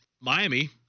Miami